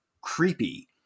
creepy